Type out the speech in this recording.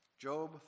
Job